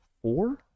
four